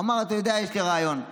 אמר: אתה יודע, יש לי רעיון.